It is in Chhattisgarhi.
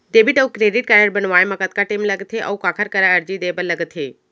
डेबिट अऊ क्रेडिट कारड बनवाए मा कतका टेम लगथे, अऊ काखर करा अर्जी दे बर लगथे?